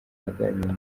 aganira